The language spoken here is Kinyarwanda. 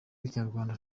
rw’ikinyarwanda